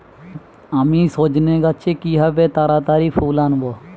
আমি সজনে গাছে কিভাবে তাড়াতাড়ি ফুল আনব?